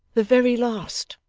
the very last